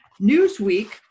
Newsweek